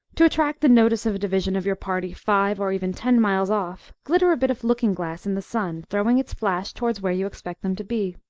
to attract the notice of a division of your party, five or even ten miles off, glitter a bit of looking-glass in the sun, throwing its flash towards where you expect them to be.